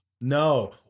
No